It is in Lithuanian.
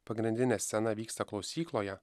pagrindinė scena vyksta klausykloje